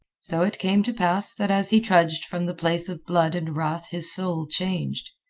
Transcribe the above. so it came to pass that as he trudged from the place of blood and wrath his soul changed.